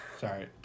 Sorry